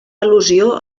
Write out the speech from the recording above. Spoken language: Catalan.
al·lusió